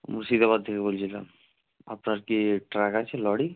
মুর্শিদাবাদ থেকে বলছিলাম আপনার কি ট্রাক আছে লরি